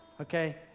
Okay